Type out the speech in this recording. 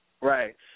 Right